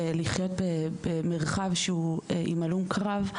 לחיות במרחב שהוא עם הלום קרב.